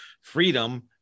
freedom